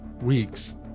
weeks